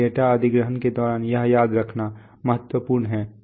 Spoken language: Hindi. डेटा अधिग्रहण के दौरान यह याद रखना महत्वपूर्ण है